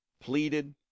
pleaded